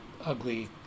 ugly